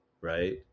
right